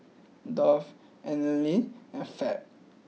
Dove Anlene and Fab